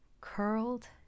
curled